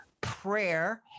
prayer